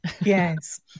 Yes